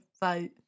vote